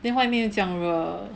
then 外面又这样热